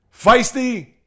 feisty